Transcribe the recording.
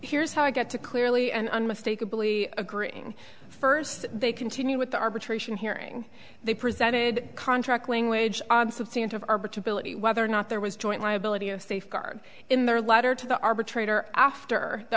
here's how i get to clearly and unmistakably agreeing first they continue with the arbitration hearing they presented contract language of whether or not there was joint liability of safeguard in their letter to the arbitrator after the